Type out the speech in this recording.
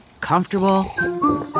Comfortable